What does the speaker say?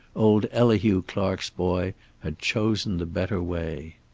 old elihu clark's boy had chosen the better way.